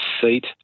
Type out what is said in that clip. seat